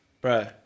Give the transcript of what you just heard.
Bro